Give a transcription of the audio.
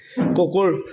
কুকুৰ